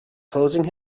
closing